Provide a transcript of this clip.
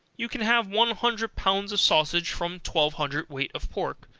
you can have one hundred pounds of sausage from twelve hundred weight of pork,